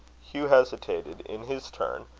hugh hesitated, in his turn,